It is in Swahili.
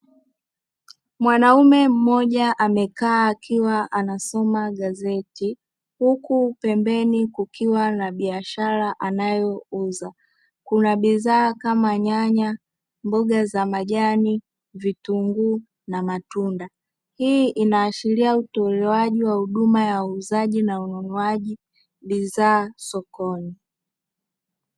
Mwanaume mmoja amekaa akiwa anasoma gazeti huku pembeni kukiwa na biashara anayouza kuna bidhaa kama nyanya, mboga za majani, vitunguu na matunda. Hii inaashiria utolewaji wa huduma ya uuzaji na ununuaji bidhaa sokoni.